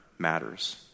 matters